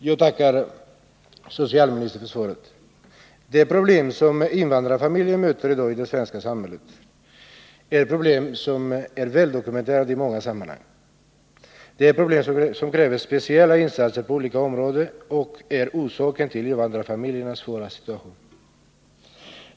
Herr talman! Jag tackar socialministern för svaret. De problem som invandrarfamiljer i dag möter i det svenska samhället är väl dokumenterade i många sammanhang. Det gäller problem som kräver speciella insatser på olika områden och som är orsaken till invandrarfamiljernas svåra situation.